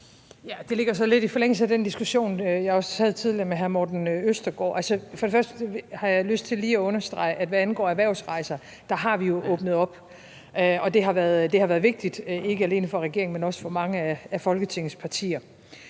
Det ligger så lidt i forlængelse af den diskussion, jeg også havde tidligere med hr. Morten Østergaard. Og jeg har lyst til først lige at understrege, at hvad angår erhvervsrejser, har vi jo åbnet op, og det har været vigtigt, ikke alene for regeringen, men også for mange af Folketingets partier.